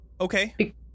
Okay